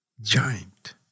Giant